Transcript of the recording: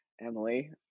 emily